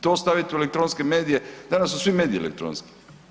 To staviti u elektronske medije danas su svi mediji elektronski.